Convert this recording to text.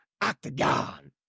Octagon